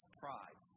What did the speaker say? pride